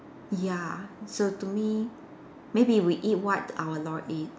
ya so to me maybe we eat what our lord eat